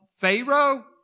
Pharaoh